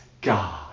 God